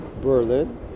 Berlin